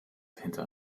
hinter